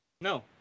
No